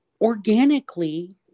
organically